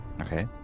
Okay